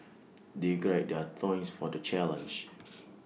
they gird their loins for the challenge